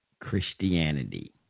Christianity